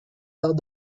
arts